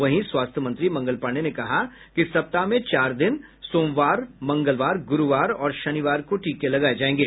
वहीं स्वास्थ्य मंत्री मंगल पांडे ने कहा कि सप्ताह में चार दिन सोमवार मंगलवार गुरूवार और शनिवार को टीके लगाए जाएंगे